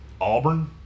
Auburn